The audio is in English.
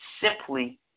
simply